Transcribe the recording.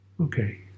Okay